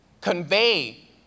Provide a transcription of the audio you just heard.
convey